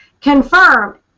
confirm